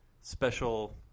special